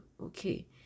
okay